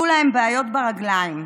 היו להם בעיות ברגליים.